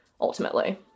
ultimately